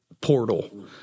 portal